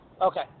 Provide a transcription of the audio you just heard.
Okay